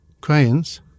Crayons